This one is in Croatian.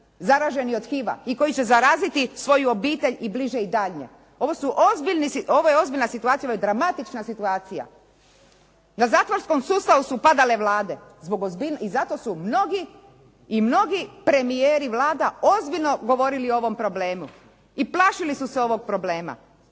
zaraženi od HIV-a i koji će zaraziti svoju obitelj i bliže i daljnje. Ovo je ozbiljna situacija, ovo je dramatična situacija. Na zatvorskom sustavu su padale vlade i zato su mnogi i mnogi premijeri vlada ozbiljno govorili o ovom problemu i plašili su se ovog problema.